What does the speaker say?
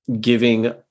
giving